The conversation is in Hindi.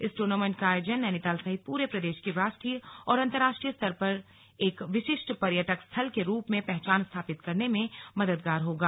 इस दूर्नामेंट का आयोजन नैनीताल सहित पूरे प्रदेश की राष्ट्रीय और अंतर्राष्ट्रीय स्तर पर एक विशिष्ट पर्यटक स्थल के रूप में पहचान स्थापित करने में मददगार होगा